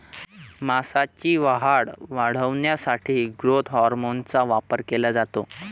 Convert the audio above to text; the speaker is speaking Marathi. मांसाची वाढ वाढवण्यासाठी ग्रोथ हार्मोनचा वापर केला जातो